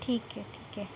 ठीक आहे ठीक आहे